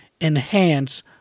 enhance